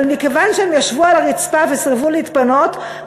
אבל מכיוון שהם ישבו על הרצפה וסירבו להתפנות,